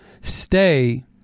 stay